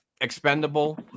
expendable